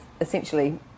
essentially